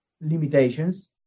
limitations